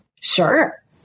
Sure